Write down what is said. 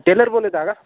teller बोलत आहा का